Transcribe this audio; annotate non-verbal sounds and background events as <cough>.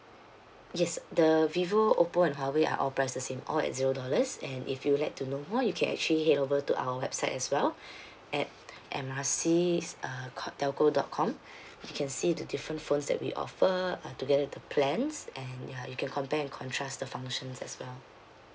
yes the vivo Oppo and huawei are all priced the same all at zero dollars and if you would like to know more you can actually head over to our website as well <breath> at M R C uh dot telco dot com <breath> you can see the different phones that we offer uh together with the plans and ya you can compare and contrast the functions as well